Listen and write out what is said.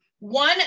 one